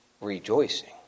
rejoicing